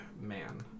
man